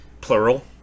Plural